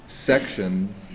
sections